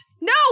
No